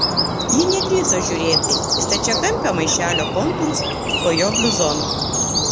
ji nedrįso žiūrėti į stačiakampio maišelio kontūrus po jo bluzonu